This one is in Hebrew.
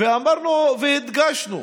באמת ולהגיד שנוח לכם